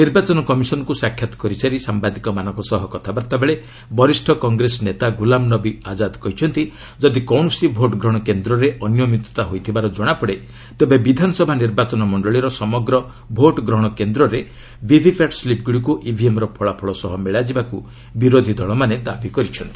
ନିର୍ବାଚନ କମିଶନ୍ଙ୍କ ସାକ୍ଷାତ କରିସାରି ସାମ୍ବାଦିକମାନଙ୍କ ସହ କଥାବାର୍ତ୍ତାରେ ବରିଷ୍ଠ କଂଗ୍ରେସ ନେତା ଗୁଲାମନବୀ ଆଜ୍ଞାଦ କହିଛନ୍ତି ଯଦି କୌଣସି ଭୋଟ୍ ଗ୍ରହଣ କେନ୍ଦ୍ରରେ ଅନିୟମିତତା ହୋଇଥିବା ଜଣାପଡ଼େ ତେବେ ବିଧାନସଭା ନିର୍ବାଚନ ମଣ୍ଡଳୀର ସମଗ୍ର ଭୋଟ୍ ଗ୍ରହଣ କେନ୍ଦ୍ରରେ ଭିଭିପାଟ୍ ସ୍ଲିପ୍ଗୁଡ଼ିକୁ ଇଭିଏମ୍ର ଫଳାଫଳ ସହ ମେଳାଯିବାକୁ ବିରୋଧୀ ଦଳମାନେ ଦାବି କରିଛନ୍ତି